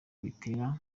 bitera